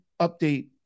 update